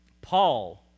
Paul